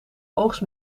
oogst